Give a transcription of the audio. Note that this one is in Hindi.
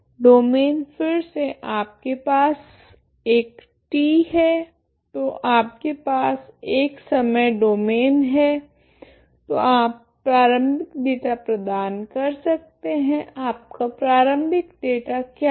डोमैन फिर से आपके पास एक t है तो आपके पास एक समय डोमैन है तो आप प्रारंभिक डेटा प्रदान कर सकते हैं आपका प्रारंभिक डेटा क्या है